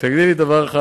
ולאחר מכן,